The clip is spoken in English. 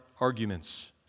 arguments